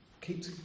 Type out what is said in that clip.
Keep